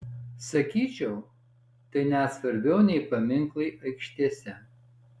sakyčiau tai net svarbiau nei paminklai aikštėse